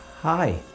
Hi